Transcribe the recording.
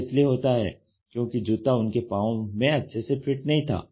यह इसीलिए होता है क्योंकि जूता उनके पांव में अच्छे से फिट नहीं था